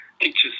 teachers